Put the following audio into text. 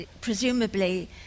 presumably